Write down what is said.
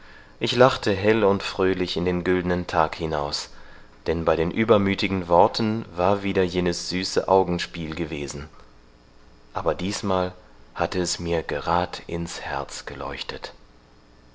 ich lachte hell und fröhlich in den güldnen tag hinaus denn bei den übermüthigen worten war wieder jenes süße augenspiel gewesen aber diesmal hatte es mir gerad ins herz geleuchtet